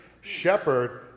shepherd